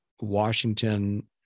Washington